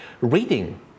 reading